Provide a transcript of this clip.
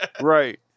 Right